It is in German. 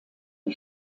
die